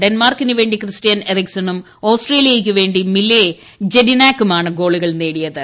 ഡെൻമാർക്കിനുവേണ്ടി Christian എറിക്സണും ഓസ്ട്രേലിയയ്ക്ക് വേണ്ടി മിലേ ജഡിനാക്കുമാണ് ഗോളൂകൾ നേടിയത്